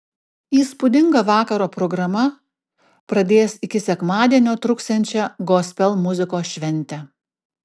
įspūdinga vakaro programa pradės iki sekmadienio truksiančią gospel muzikos šventę